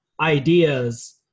ideas